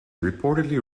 reportedly